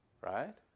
Right